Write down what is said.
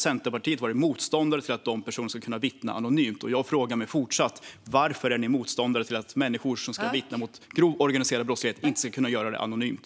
Centerpartiet har varit motståndare mot förslaget att dessa personer ska kunna vittna anonymt. Jag undrar fortfarande varför ni i Centerpartiet är emot att människor som vittnar mot grov organiserad brottslighet får göra det anonymt.